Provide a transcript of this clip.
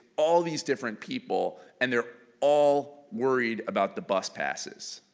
all these different people and they're all worried about the bus passes.